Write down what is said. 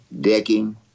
Decking